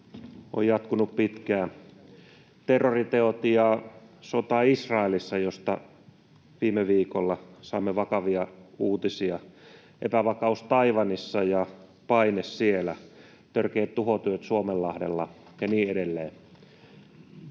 on jatkunut pitkään; terroriteot ja sota Israelissa, josta viime viikolla saimme vakavia uutisia; epävakaus Taiwanissa ja paine siellä; törkeät tuhotyöt Suomenlahdella ja niin edelleen